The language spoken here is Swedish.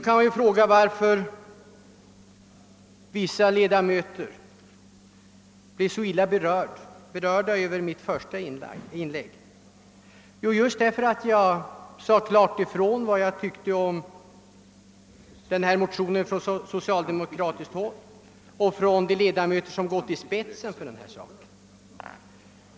Man kan då fråga, varför vissa ledamöter blev så illa berörda över mitt första inlägg. Jo, det berodde just på att jag klart sade ifrån vad jag tyckte om motionen som kom från socialdemokratiskt håll.